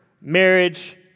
marriage